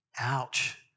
Ouch